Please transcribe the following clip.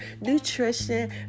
nutrition